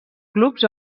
clubs